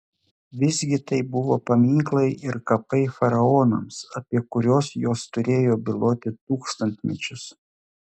visgi tai buvo paminklai ir kapai faraonams apie kuriuos jos turėjo byloti tūkstantmečius